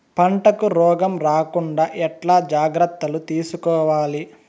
పంటకు రోగం రాకుండా ఎట్లా జాగ్రత్తలు తీసుకోవాలి?